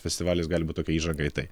festivaliais gali būt tokia įžanga į tai